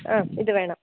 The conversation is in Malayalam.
ആ ഇത് വേണം